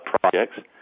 projects